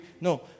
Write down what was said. No